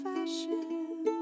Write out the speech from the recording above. Fashion